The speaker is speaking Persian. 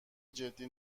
جدی